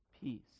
peace